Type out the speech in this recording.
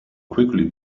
quickly